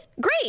great